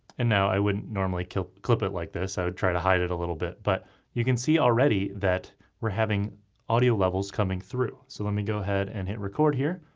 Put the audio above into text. and now i wouldn't normally clip it like this, i would try to hide it a little bit but you can see already that we're having audio levels coming through. so let me go ahead and hit record here.